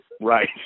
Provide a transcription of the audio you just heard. right